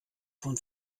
von